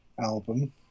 album